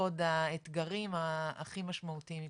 עוד האתגרים הכי משמעותיים מבחינתכם,